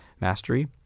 Mastery